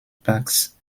parks